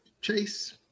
chase